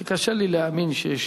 שקשה לי להאמין שיש